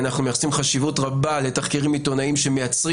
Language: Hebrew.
שאנחנו מייחסים חשיבות רבה לתחקירים עיתונאים שמייצרים